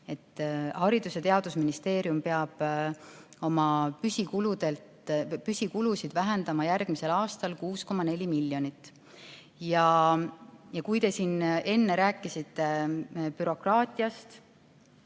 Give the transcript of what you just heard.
Haridus- ja Teadusministeerium peab oma püsikulusid vähendama järgmisel aastal 6,4 miljonit. Kui te siin enne rääkisite bürokraatiast,